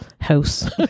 house